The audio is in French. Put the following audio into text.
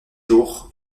jours